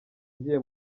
ngiye